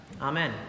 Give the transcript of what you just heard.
Amen